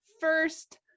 first